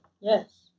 Yes